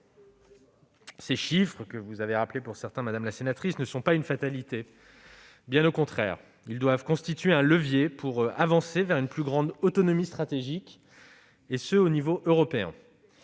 Ces chiffres, dont vous avez rappelé quelques-uns, madame la sénatrice, ne sont pas une fatalité, bien au contraire. Ils doivent constituer un levier pour avancer vers une plus grande autonomie stratégique au niveau européen.